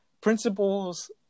principles